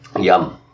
Yum